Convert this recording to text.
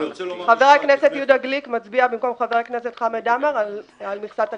חבר הכנסת יהודה גליק מצביע במקום חבר הכנסת חמד עמאר על מכסת הליכוד.